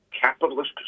capitalist